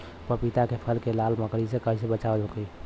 पपीता के फल के लाल मकड़ी से कइसे बचाव होखि?